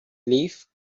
lived